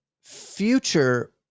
future